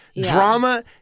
Drama